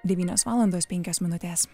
devynios valandos penkios minutės